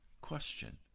question